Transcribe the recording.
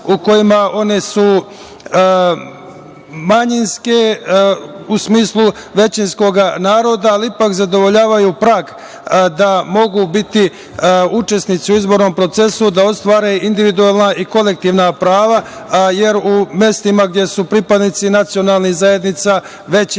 u kojima su one manjinske, u smislu većinskog naroda, ali ipak zadovoljavaju prag da mogu biti učesnici u izbornom procesu, da ostvare individualna i kolektivna prava, jer u mestima gde su pripadnici nacionalnih zajednica većinski